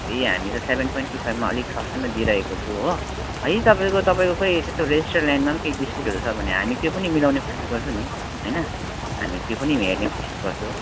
फेरि हामी त सेभेन पोइन्ट टु फाइभमा अलिक सस्तैमा दिइरहेको छु हो है तपाईँको तपाईँको कोही त्यस्तो रेजिस्टर्ड ल्यान्डमा पनि केही डिस्प्युटहरू छ भने हामी त्यो पनि मिलाउने कोसिस गर्छु नि हैन हामी त्यो पनि हेर्ने कोसिस गर्छु